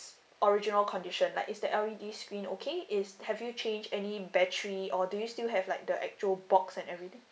original condition like is that L_E_D screen okay is have you change any battery or do you still have like the actual box and everything